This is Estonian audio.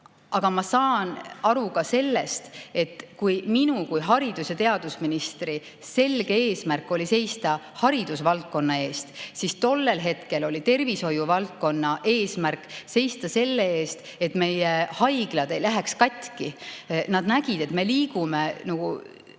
Aga ma saan aru ka sellest, et kui minu kui haridus- ja teadusministri selge eesmärk oli seista haridusvaldkonna eest, siis tollel hetkel oli tervishoiuvaldkonna eesmärk seista selle eest, et meie haiglad ei läheks katki. Nad nägid, et me liigume haiglates